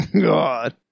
God